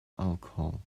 alcohol